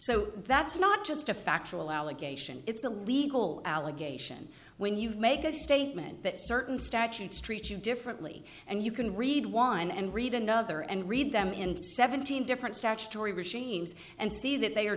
so that's not just a factual allegation it's a legal allegation when you make a statement that certain statutes treat you differently and you can read one and read another and read them in seventeen different statutory regimes and see that they are